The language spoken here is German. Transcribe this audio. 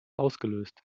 ausgelöst